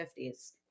50s